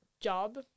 job